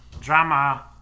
Drama